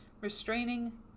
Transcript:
restraining